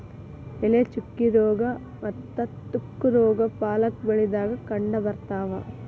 ಎಲೆ ಚುಕ್ಕಿ ರೋಗಾ ಮತ್ತ ತುಕ್ಕು ರೋಗಾ ಪಾಲಕ್ ಬೆಳಿದಾಗ ಕಂಡಬರ್ತಾವ